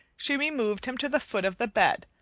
she removed him to the foot of the bed,